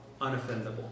unoffendable